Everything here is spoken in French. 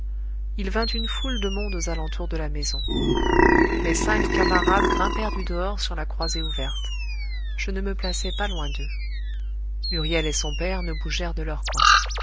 il vint une foule de monde aux alentours de la maison mes cinq camarades grimpèrent du dehors sur la croisée ouverte je ne me plaçai pas loin d'eux huriel et son père ne bougèrent de leur coin